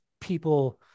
people